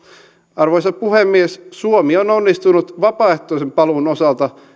arvoisa puhemies suomi on onnistunut vapaaehtoisen paluun osalta